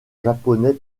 japonais